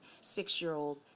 six-year-old